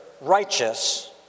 righteous